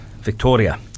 Victoria